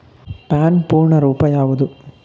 PAN ಪೂರ್ಣ ರೂಪ ಯಾವುದು?